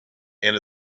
and